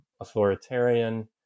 authoritarian